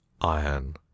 iron